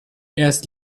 erst